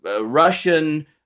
Russian